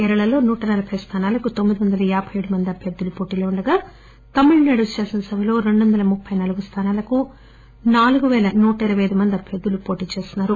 కేరళలో నూట నలబై స్థానాలకు తొమ్మిది వంద యాబై ఏడు మంది అభ్యర్థులు పోటీలో ఉండగా తమిళనాడు శాసనసభలో రెండు వంద ముప్పి నాలుగు స్థానాలకు నాలుగు పేల నూట ఇరవై అయిదు మంది అభ్యర్థులు పోటీ చేస్తున్నారు